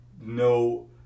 no